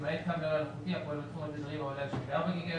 למעט קו נל"ן אלחוטי הפועל בתחום התדרים העולה על 74 גיגה-הרץ